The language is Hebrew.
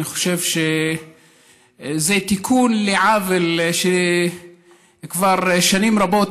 אני חושב שזה תיקון לעוול של שנים רבות,